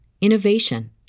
innovation